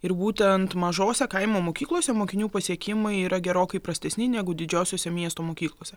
ir būtent mažose kaimo mokyklose mokinių pasiekimai yra gerokai prastesni negu didžiosiose miestų mokyklose